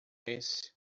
esse